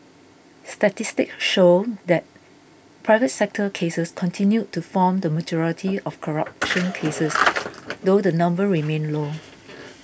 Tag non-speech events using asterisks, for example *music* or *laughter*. statistics showed that private sector cases continued to form the majority of *noise* corruption cases though the number remained low